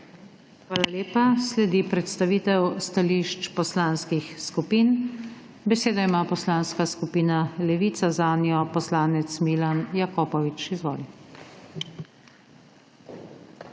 Hvala lepa. Sledi predstavitev stališč poslanskih skupin. Besedo ima Poslanska skupina Levica, zanjo poslanec Milan Jakopovič. Izvoli.